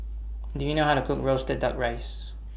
Do YOU know How to Cook Roasted Duck Rice